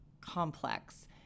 complex